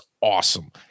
awesome